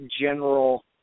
general